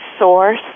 source